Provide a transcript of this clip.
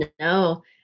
No